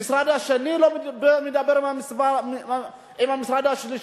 המשרד השני לא מדבר עם המשרד השלישי.